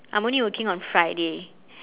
I'm only working on friday